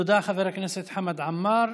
תודה, חבר הכנסת חמד עמאר.